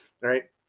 right